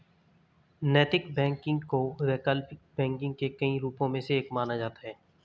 नैतिक बैंकिंग को वैकल्पिक बैंकिंग के कई रूपों में से एक माना जाता है